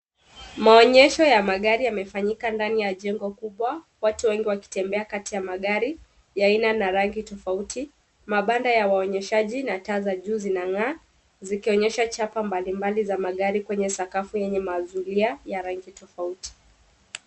Maonyesho ya magari yamefanyika ndani ya jengo kubwa. Watu wengi wakitembea kati ya magari ya aina na rangi tofauti Mabanda ya waonyeshaji na taa za juu zinang'aa zikionyesha chapa mbalimbali za magari kwenye sakafu yenye mazulia ya rangi tofauti.